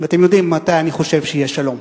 ואתם יודעים מתי אני חושב שיהיה שלום.